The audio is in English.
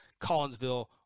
Collinsville